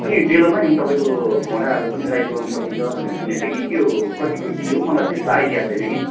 अनि डेलोमा नि तपाईँको घोडाहरू पनि राइड गर्नु सकिन्छ भनेर सुनेको थिएँ कि त्यो कतिको के हो मलाई त्यस्तो आइडिया छैन कि